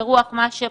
ברוח מה שפרופ'